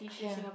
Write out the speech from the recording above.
ya